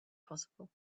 possible